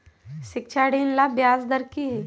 शिक्षा ऋण ला ब्याज दर कि हई?